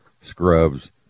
scrubs